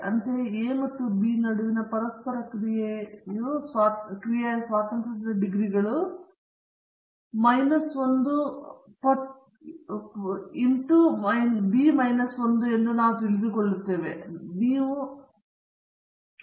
ಅಂತೆಯೇ a ಮತ್ತು b ನಡುವಿನ ಪರಸ್ಪರ ಕ್ರಿಯೆಯ ಸ್ವಾತಂತ್ರ್ಯದ ಡಿಗ್ರಿಗಳು ಮೈನಸ್ 1 ಪಟ್ಟು ಬಿ ಮೈನಸ್ 1 ಎಂದು ನಾವು ತಿಳಿದುಕೊಳ್ಳುತ್ತೇವೆ ಮತ್ತು ಆದ್ದರಿಂದ ನೀವು ಮೈನಸ್ 1 ಆಗಿ ಬಿ ಮೈನಸ್ 1 ಆಗಿ ಅಬ್ ಚೌಕದ ಮೊತ್ತವನ್ನು ಹೊಂದಿರುವ ಸರಾಸರಿ ಚೌಕಗಳನ್ನು ಹೊಂದಿರುತ್ತೀರಿ